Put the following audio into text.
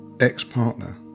ex-partner